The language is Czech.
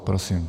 Prosím.